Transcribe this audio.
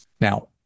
Now